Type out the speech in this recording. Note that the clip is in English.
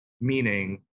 meaning